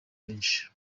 benshi